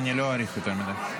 אני לא אאריך יותר מדי.